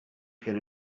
can